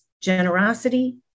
generosity